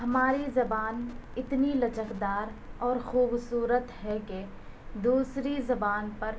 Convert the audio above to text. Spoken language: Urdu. ہماری زبان اتنی لچک دار اور خوبصورت ہے کہ دوسری زبان پر